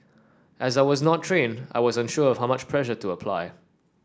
as I was not trained I was unsure of how much pressure to apply